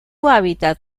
hábitat